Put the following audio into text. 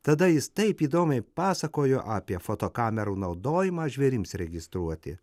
tada jis taip įdomiai pasakojo apie fotokamerų naudojimą žvėrims registruoti